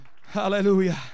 Hallelujah